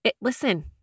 listen